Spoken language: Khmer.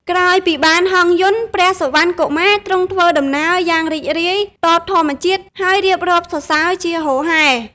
ក្រោយពីបានហង្សយន្ត ព្រះសុវណ្ណកុមារទ្រង់ធ្វើដំណើរយ៉ាងរីករាយ ទតធម្មជាតិ ហើយរៀបរាប់សរសើរជាហូរហែ។